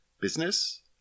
business